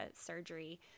surgery